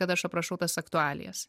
kad aš aprašau tas aktualijas